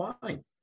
fine